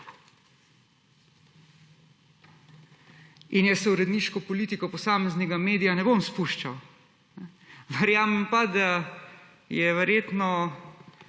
In jaz se v uredniško politiko posameznega medija ne bom spuščal. Verjamem pa, da je verjetno